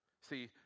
See